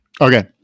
okay